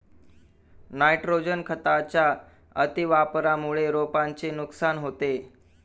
nitrogen खताच्या अतिवापरामुळे रोपांचे नुकसान होते